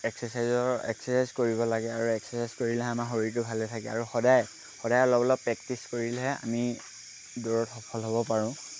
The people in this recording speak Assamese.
এক্সাৰচাইজৰ এক্সাৰচাইজ কৰিব লাগে আৰু এক্সাৰচাইজ কৰিলেহে আমাৰ শৰীৰটো ভালে থাকে আৰু সদায় সদায় অলপ অলপ প্ৰেক্টিচ কৰিলেহে আমি দৌৰত সফল হ'ব পাৰোঁ